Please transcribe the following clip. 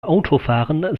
autofahren